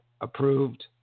Approved